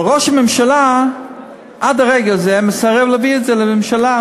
אבל ראש הממשלה עד הרגע הזה מסרב להביא את זה לממשלה,